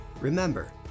Remember